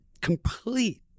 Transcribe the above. complete